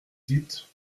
dites